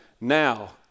now